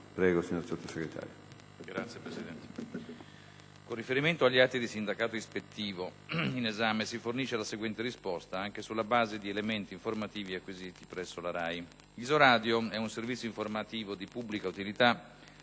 lei, signor Sottosegretario,